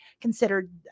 considered